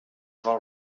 vol